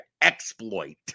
exploit